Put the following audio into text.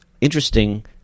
Interesting